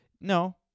no